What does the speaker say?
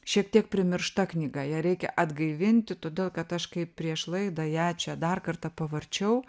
šiek tiek primiršta knyga ją reikia atgaivinti todėl kad aš kai prieš laidą ją čia dar kartą pavarčiau